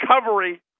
recovery